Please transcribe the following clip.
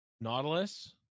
nautilus